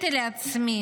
לזימי,